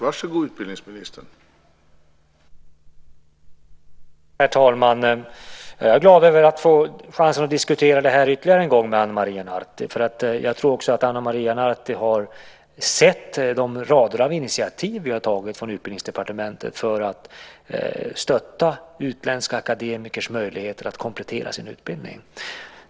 Herr talman! Jag är glad att få chansen att diskutera det här ytterligare en gång med Ana Maria Narti. Jag tror att Ana Maria Narti har sett de rader av initiativ som vi har tagit från Utbildningsdepartementet för att stötta utländska akademiker i deras möjligheter att komplettera sin utbildning.